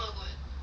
okay